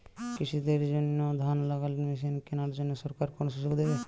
কৃষি দের জন্য ধান লাগানোর মেশিন কেনার জন্য সরকার কোন সুযোগ দেবে?